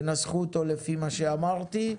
תנסחו אותו לפי מה שאמרתי.